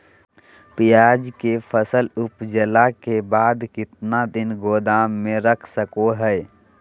प्याज के फसल उपजला के बाद कितना दिन गोदाम में रख सको हय?